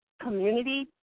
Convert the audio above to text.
community